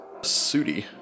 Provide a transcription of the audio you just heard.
Sudi